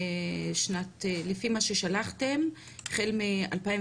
לפי מה ששלחתם החל מ-2019.